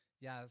yes